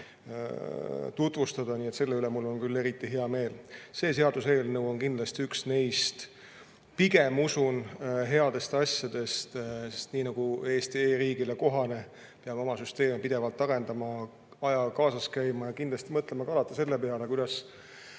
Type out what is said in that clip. tutvustada, nii et selle üle on mul eriti hea meel. See seaduseelnõu on kindlasti üks neist. Pigem usun headesse asjadesse, sest nii nagu Eesti e‑riigile kohane, peab oma süsteeme pidevalt arendama, ajaga kaasas käima ja kindlasti mõtlema alati ka selle peale, kuidas